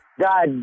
god